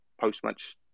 post-match